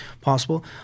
possible